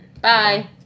Bye